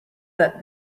that